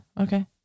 okay